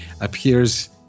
appears